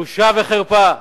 בושה וחרפה.